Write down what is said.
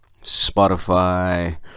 Spotify